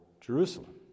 Jerusalem